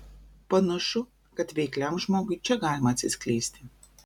panašu kad veikliam žmogui čia galima atsiskleisti